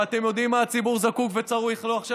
ואתם יודעים למה הציבור זקוק וצריך עכשיו?